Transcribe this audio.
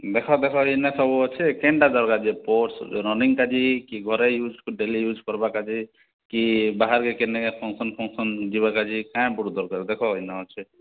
ଦେଖ ଦେଖ ଏଇନା ସବୁ ଅଛେ କେନ୍ଟା ଦରକାର୍ ଯେ ର୍ସୋଟ୍ସ୍ ରନିଙ୍ଗ୍ କାଜି କି ଘରେ ୟୁଜ୍ ଡ଼େଲି ୟୁଜ୍ କର୍ବାକାଜି କି ବାହାରେ କେନେ ଫଙ୍କସନ୍ ଫଙ୍କ୍ସନ୍ ଯିବା କାଯେ କାଁ ବୁଟ୍ ଦରକାର୍ ଦେଖ ଇନ ଅଛେ